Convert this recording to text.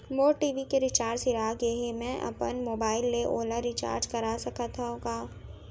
मोर TV के recharge सिरा गे हे, मैं अपन मोबाइल ले ओला रिचार्ज करा सकथव का?